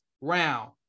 round